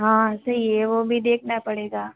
हाँ सही है वो भी देखना पड़ेगा